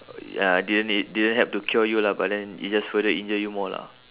ah didn't y~ didn't help to cure you lah but then it just further injured you more lah